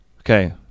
Okay